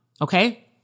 okay